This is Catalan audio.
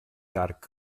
york